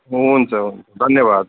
हुन्छ हुन्छ धन्यवाद